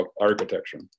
architecture